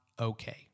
okay